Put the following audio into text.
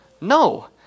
No